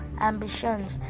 ambitions